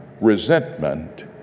resentment